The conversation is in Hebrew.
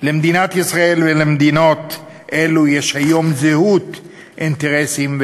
למדינת ישראל ולמדינות אלו יש היום זהות אינטרסים,